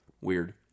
Weird